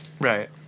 Right